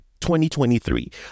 2023